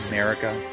America